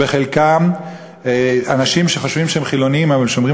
חלקם אנשים שחושבים שהם חילונים אבל הם שומרים